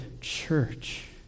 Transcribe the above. church